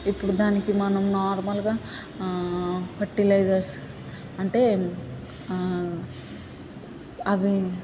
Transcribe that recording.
ఇప్పుడు దానికి మనం నార్మల్గా ఆ ఫర్టిలైజర్స్ అంటే ఆ అవి